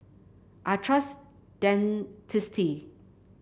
I trust Dentiste